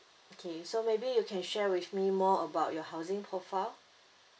okay so maybe you can share with me more about your housing profile